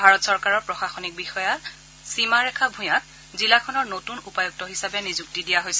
ভাৰত চৰকাৰৰ প্ৰশাসনিক বিষয়া শ্ৰীসীমা ৰেখা ভূঞাক জিলাখনৰ নতূন উপায়ুক্ত হিচাপে নিযুক্তি দিয়া হৈছে